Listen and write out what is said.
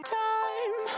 time